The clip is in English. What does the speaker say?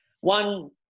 One